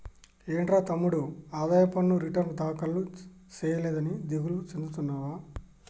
ఏంట్రా తమ్ముడు ఆదాయ పన్ను రిటర్న్ దాఖలు సేయలేదని దిగులు సెందుతున్నావా